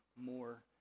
more